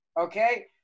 okay